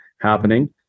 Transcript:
happening